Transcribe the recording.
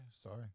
Sorry